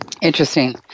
Interesting